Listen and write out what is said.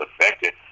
affected